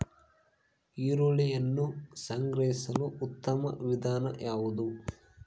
ಈರುಳ್ಳಿಯನ್ನು ಸಂಗ್ರಹಿಸಲು ಉತ್ತಮ ವಿಧಾನ ಯಾವುದು?